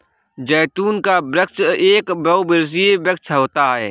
जैतून का वृक्ष एक बहुवर्षीय वृक्ष होता है